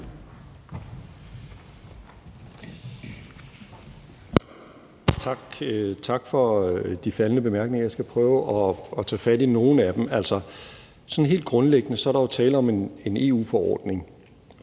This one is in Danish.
Tak for de faldne bemærkninger. Jeg skal prøve at tage fat i nogle af dem. Altså, sådan helt grundlæggende er der jo tale om en EU-forordning,